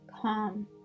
calm